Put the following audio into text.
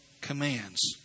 commands